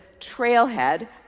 trailhead